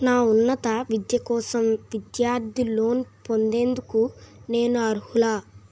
నా ఉన్నత విద్య కోసం విద్యార్థి లోన్ పొందేందుకు నేను అర్హులా?